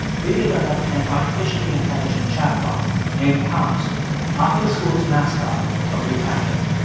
they developed an artificially intelligent chatbot named pounce after the school's mascot, a blue panther.